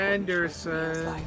Anderson